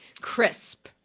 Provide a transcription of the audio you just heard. crisp